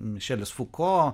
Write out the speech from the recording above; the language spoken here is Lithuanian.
mišelis fuko